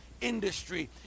industry